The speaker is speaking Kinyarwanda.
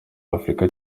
afrika